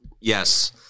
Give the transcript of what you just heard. Yes